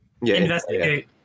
Investigate